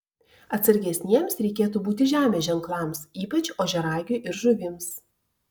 atsargesniems reikėtų būti žemės ženklams ypač ožiaragiui ir žuvims